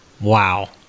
Wow